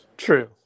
true